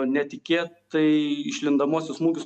netikėtai išlindamuosius smūgius